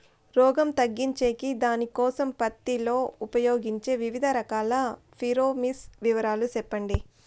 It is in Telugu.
రోగం తగ్గించేకి దానికోసం పత్తి లో ఉపయోగించే వివిధ రకాల ఫిరోమిన్ వివరాలు సెప్పండి